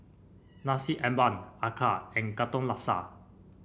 Nasi Ambeng acar and Katong Laksa